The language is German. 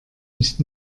nicht